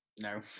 No